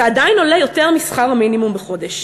זה עדיין עולה יותר משכר המינימום בחודש.